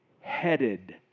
headed